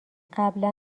قبلا